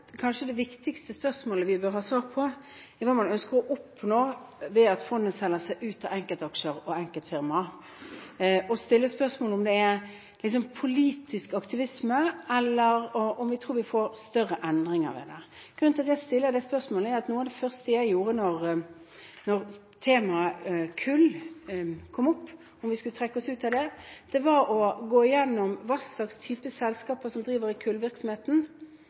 det kanskje viktigste spørsmålet vi bør ha svar på, er hva man ønsker å oppnå ved at fondet selger seg ut av enkeltaksjer og enkeltfirma – og stille spørsmål om det er politisk aktivisme, eller om vi tror vi får større endringer ved det. Grunnen til at jeg stiller det spørsmålet, er at noe av det første jeg gjorde da temaet kull kom opp – om vi skulle trekke oss ut av det – var å gå gjennom hva slags type selskaper som driver i kullvirksomheten.